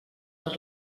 per